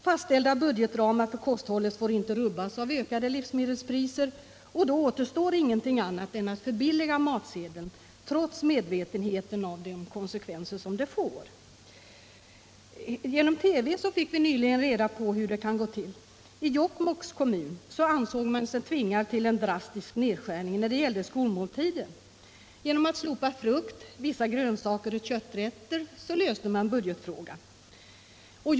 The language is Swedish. Fastställda budgetramar för kosthållet får inte rubbas av ökade livsmedelspriser, och då återstår ingenting annat än att förbilliga matsedeln trots medvetenheten om vilka konsekvenser detta får. Genom TV fick vi nyligen reda på hur det kan gå till. I Jokkmokks kommun ansåg man sig tvingad till en drastisk nedskärning i fråga om skolmåltiderna. Genom att slopa frukt, vissa grönsaker och kötträtter löste man budgetproblemet.